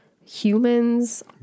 humans